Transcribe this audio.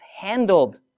handled